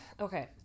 Okay